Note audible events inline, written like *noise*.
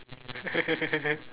*laughs*